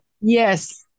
Yes